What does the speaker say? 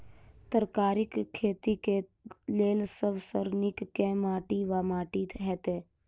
तरकारीक खेती केँ लेल सब सऽ नीक केँ माटि वा माटि हेतै?